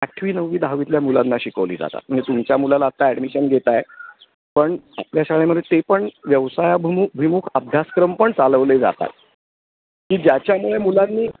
आठवी नववी दहावीतल्या मुलांना शिकवली जातात म्हणजे तुमच्या मुलाला आत्ता ॲडमिशन घेताय पण आपल्या शाळेमध्ये ते पण व्यवसायाभूमु भीमुख अभ्यासक्रम पण चालवले जातात की ज्याच्यामुळे मुलांनी